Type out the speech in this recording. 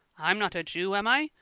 i'm not a jew, am i?